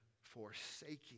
forsaking